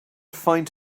find